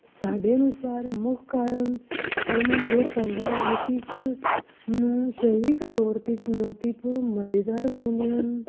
ਸਾਡੇ ਅਨੁਸਾਰ ਮੁੱਖ ਕਾਰਨ ਹਨ ਜੋ ਭੰਗੜਾ ਐਰੋਪਿਕ ਨੂੰ ਸਰੀਰਿਕ ਤੌਰ 'ਤੇ ਚੁਣੌਤੀਪੂਰਨ ਮਜ਼ੇਦਾਰ ਬਣਾਉਂਦੇ ਹਨ